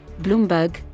Bloomberg